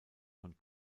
von